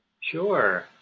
sure